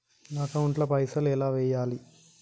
నా అకౌంట్ ల పైసల్ ఎలా వేయాలి?